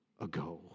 ago